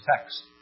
text